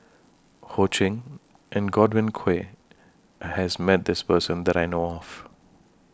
Ho Ching and Godwin Koay has Met This Person that I know of